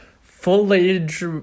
Full-age